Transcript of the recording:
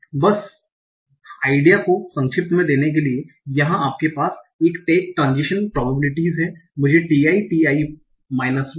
तो बस आइडिया को संक्षिप्त रूप में देने के लिए यहां आपके पास टैग ट्रंजीशन प्रोबेबिलिटीस हैं P ti